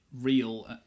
real